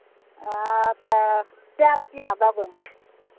हँ तऽ कए रुपैआ देबै